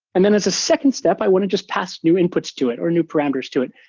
and then as a second step, i want to just past new inputs to it or new parameters to it,